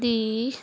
ਦੀ